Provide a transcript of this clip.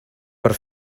per